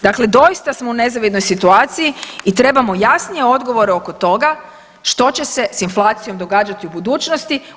Dakle doista smo u nezavisnoj situaciji i trebamo jasnije odgovore oko toga što će se s inflacijom događati u budućnosti.